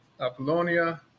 apollonia